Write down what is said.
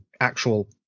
actual